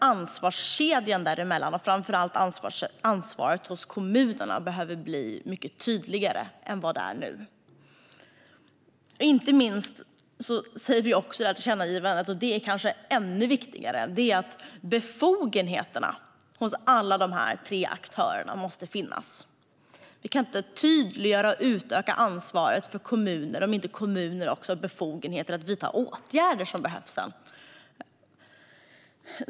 Ansvarskedjan, framför allt ansvaret hos kommunerna, behöver bli mycket tydligare än nu. Något kanske ännu viktigare som vi också säger i tillkännagivandet är att befogenhet måste finnas hos alla dessa tre aktörer. Vi kan inte tydliggöra och utöka ansvaret för kommunerna om inte kommunerna också har befogenhet att vidta de åtgärder som behövs.